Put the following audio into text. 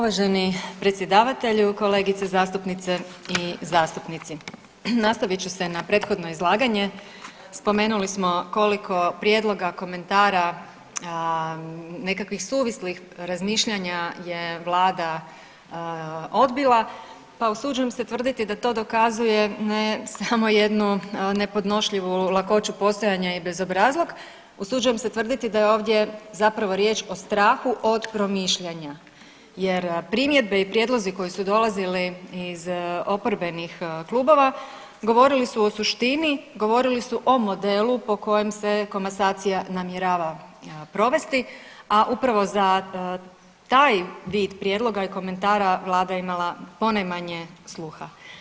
Uvaženi predsjedavatelju, kolegice zastupnice i zastupnici, nastavit ću se na prethodno izlaganje spomenuli smo koliko prijedloga, komentara, nekakvih suvislih razmišljanja je vlada odbila pa usuđujem se tvrditi da to dokazuje ne samo jednu nepodnošljivu lakoću postojanja i bezobrazluk, usuđujem se tvrditi da je ovdje zapravo riječ o strahu od promišljanja jer primjedbe i prijedlozi koji su dolazili iz oporbeni klubova govorili su o suštini, govorili su o modelu po kojem se komasacija namjerava provesti, a upravo za taj vid prijedloga i komentara vlada je imala ponajmanje sluha.